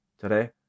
today